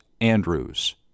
Andrews